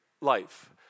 life